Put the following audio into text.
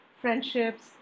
friendships